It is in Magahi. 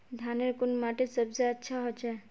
धानेर कुन माटित सबसे अच्छा होचे?